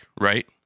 right